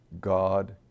God